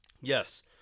yes